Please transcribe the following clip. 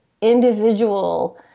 individual